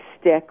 stick